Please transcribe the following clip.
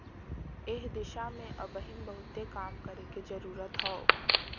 एह दिशा में अबहिन बहुते काम करे के जरुरत हौ